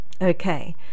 Okay